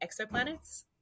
exoplanets